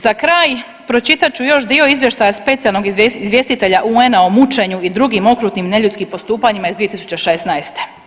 Za kraj pročitati ću još dio izvještaja specijalnog izvjestitelja UN-a o mućenju i drugim okrutnim neljudskim postupanjima iz 2016.